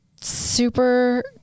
super